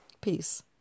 Peace